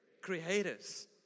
creators